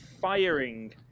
firing